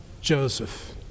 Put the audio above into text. Joseph